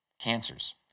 cancers